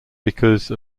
because